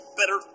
better